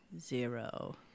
Zero